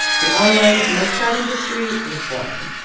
the online mug shot industry was born.